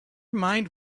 mind